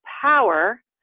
power